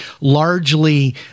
largely